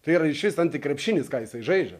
tai yra iš vis antikrepšinis ką jisai žaidžia